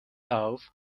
though